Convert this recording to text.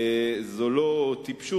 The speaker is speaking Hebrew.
זו לא טיפשות,